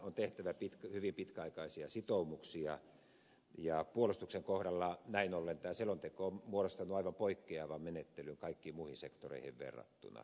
on tehtävä hyvin pitkäaikaisia sitoumuksia ja puolustuksen kohdalla näin ollen tämä selonteko on muodostanut aivan poikkeavan menettelyn kaikkiin muihin sektoreihin verrattuna